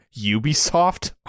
ubisoft